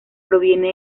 proviene